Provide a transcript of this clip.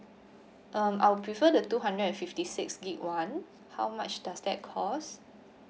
um I will prefer the two hundred and fifty six G_B [one] how much does that cost